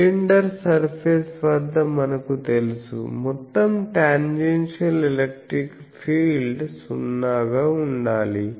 cylinder surface వద్ద మనకు తెలుసు మొత్తం టాంజెన్షియల్ ఎలక్ట్రిక్ ఫీల్డ్ సున్నాగా ఉండాలి